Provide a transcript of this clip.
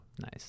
Nice